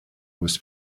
was